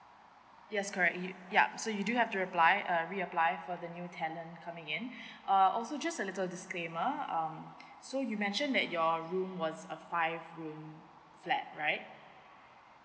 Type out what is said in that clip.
yes correct you yup so you do have to reply uh reapply for the new tenant coming in err also just a little disclaimer um so you mentioned that your room was a five room flat right